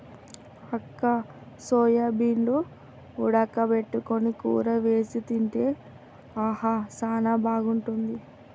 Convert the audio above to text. అక్క సోయాబీన్లు ఉడక పెట్టుకొని కూర సేసి తింటే ఆహా సానా బాగుంటుంది